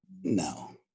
no